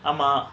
ஆமா:aama